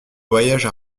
voyage